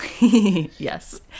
Yes